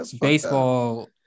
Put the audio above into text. baseball